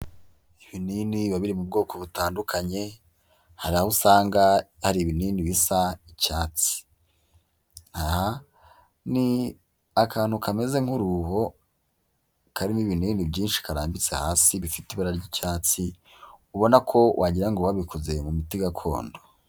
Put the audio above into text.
Ibinini biba biri mu bwoko butandukanye, hari aho usanga hari ibinini bisa icyatsi. Aha ni akantu kameze nk'uruho karimo ibinini byinshi karambitse hasi bifite ibara ry'icyatsi, ubona ko wagira ngo babikoze mu miti gakondo.